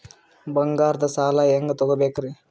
ಬಂಗಾರದ್ ಸಾಲ ಹೆಂಗ್ ತಗೊಬೇಕ್ರಿ?